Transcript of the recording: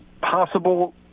possible